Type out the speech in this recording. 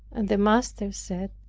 and the master said,